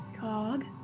Cog